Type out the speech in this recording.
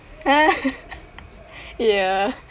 ya